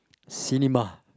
cinema